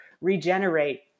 regenerate